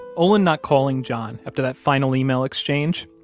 olin not calling john after that final email exchange,